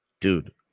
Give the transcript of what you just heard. dude